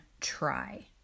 try